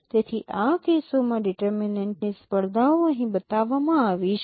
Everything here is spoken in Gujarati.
તેથી આ કેસોમાં ડિટરમીનેન્ટની સ્પર્ધાઓ અહીં બતાવવામાં આવી છે